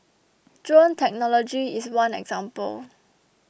drone technology is one example